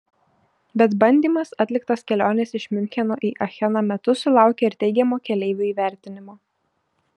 bet bandymas atliktas kelionės iš miuncheno į acheną metu sulaukė ir teigiamo keleivių įvertinimo